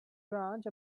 branch